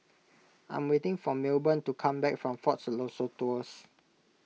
I'm waiting for Milburn to come back from fort Siloso Tours